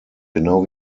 genau